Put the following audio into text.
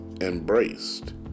embraced